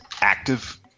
active